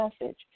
message